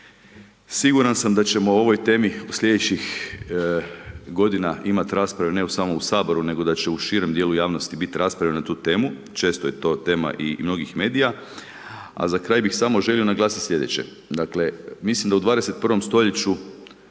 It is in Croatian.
Siguran sam da ćemo o ovoj temi u slijedećih godina imati rasprave ne samo u Saboru nego da će u širem dijelu javnosti biti rasprave na tu temu, često je to tema i mnogih medija a za kraj bih samo želio naglasiti slijedeće, dakle, mislim da u 21. st. nema